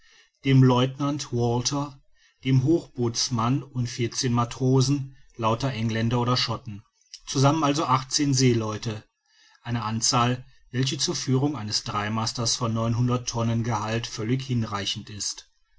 dem lieutenant walter einem hochbootsmann und vierzehn matrosen lauter engländer oder schotten zusammen also achtzehn seeleute eine anzahl welche zur führung eines dreimasters von tonnen gehalt völlig hinreichend ist